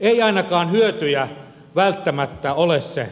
ei ainakaan hyötyjä välttämättä ole se